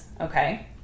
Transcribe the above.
Okay